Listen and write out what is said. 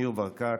ניר ברקת,